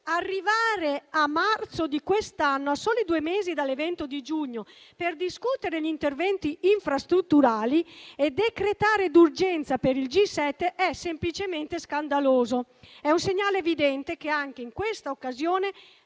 Arrivare a marzo di quest'anno, a soli due mesi dall'evento di giugno, per discutere gli interventi infrastrutturali e decretare d'urgenza per il G7 è semplicemente scandaloso: è un segnale evidente che anche in questa occasione